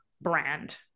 brand